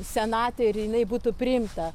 senate ir jinai būtų priimta